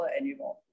anymore